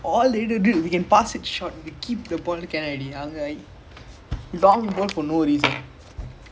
it's just like like they deserve to go to the final lah